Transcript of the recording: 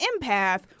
empath